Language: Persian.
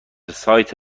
سایت